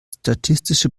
statistische